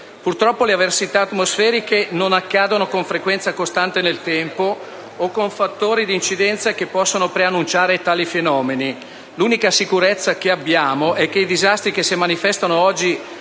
Purtroppo le avversità atmosferiche non accadono con frequenza costante nel tempo o con fattori di incidenza che possano preannunciarle. L'unica sicurezza che abbiamo è che i disastri che si manifestano oggi